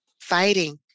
fighting